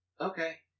Okay